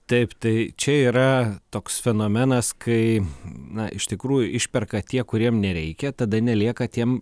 taip tai čia yra toks fenomenas kai na iš tikrųjų išperka tie kuriem nereikia tada nelieka tiem